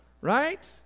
right